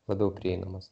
labiau prieinamas